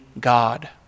God